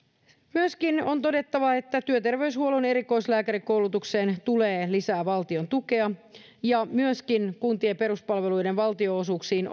myöskin on todettava että työterveyshuollon erikoislääkärikoulutukseen tulee lisää valtion tukea ja myöskin kuntien peruspalveluiden valtionosuuksiin